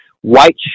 white